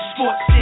Sports